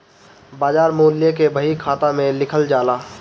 बाजार मूल्य के बही खाता में लिखल जाला